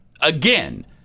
again